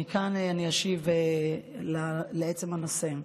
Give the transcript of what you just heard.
מכאן אני אשיב לעצם הנושא.